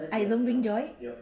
I don't bring joy